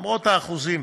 למרות האחוזים.